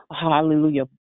hallelujah